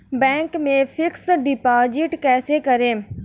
Bank में fix deposit कैसे करें?